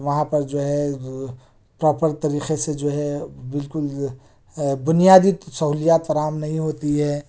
وہاں پر جو ہے پراپر طریقے سے جو ہے بالکل بنیادی سہولیات فراہم نہیں ہوتی ہے